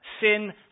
Sin